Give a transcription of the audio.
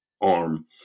arm